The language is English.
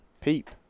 peep